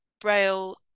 Braille